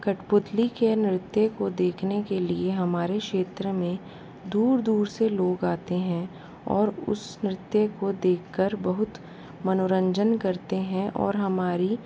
कटपुतली के नृत्य को देखने के लिए हमारे क्षेत्र में दूर दूर से लोग आते हैं और उस नृत्य को देखकर बहुत मनोरंजन करते हैं और हमारी